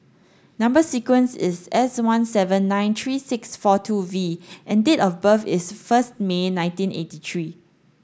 number sequence is S one seven nine three six four two V and date of birth is first May nineteen eighty three